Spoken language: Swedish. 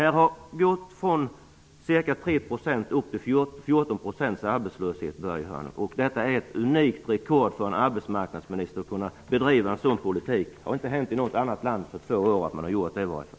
Arbetslösheten har ökat från 3 till 14 %. Detta är ett unikt rekord för en arbetsmarknadsminister att kunna bedriva en sådan politik. Det har inte hänt i något annat land att man har kunnat göra så på bara två år.